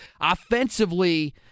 Offensively